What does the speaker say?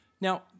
Now